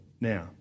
now